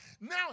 now